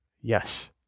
Yes